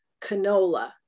canola